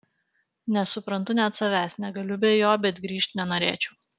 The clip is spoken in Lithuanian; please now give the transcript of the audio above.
nesuprantu net savęs negaliu be jo bet grįžt nenorėčiau